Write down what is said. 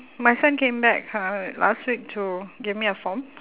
my son came back uh last week to give me a form